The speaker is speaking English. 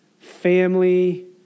family